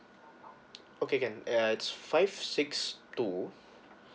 okay can uh it's five six two